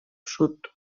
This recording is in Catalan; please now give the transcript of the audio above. sud